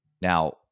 Now